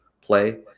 play